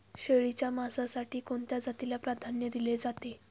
शेळीच्या मांसासाठी कोणत्या जातीला प्राधान्य दिले जाते?